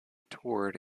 toured